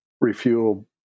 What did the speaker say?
refuel